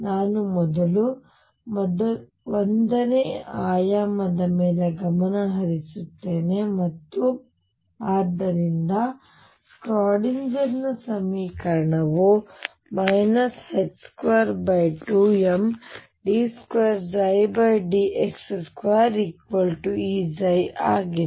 ನಾನು ಮೊದಲು 1 ಆಯಾಮದ ಮೇಲೆ ಗಮನ ಹರಿಸುತ್ತೇನೆ ಮತ್ತು ಆದ್ದರಿಂದ ಸ್ಕ್ರಾಡಿನ್ಜರ್ನ ಸಮೀಕರಣವು 22md2dx2Eψ ಆಗಿದೆ